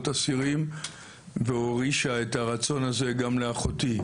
אסירים והורישה את הרצון הזה גם לאחותי.